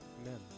Amen